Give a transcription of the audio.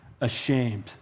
ashamed